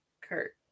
Kurt